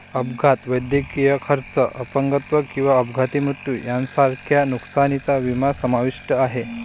अपघात, वैद्यकीय खर्च, अपंगत्व किंवा अपघाती मृत्यू यांसारख्या नुकसानीचा विमा समाविष्ट आहे